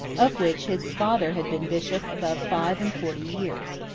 of which his father had been bishop above five-and-forty years.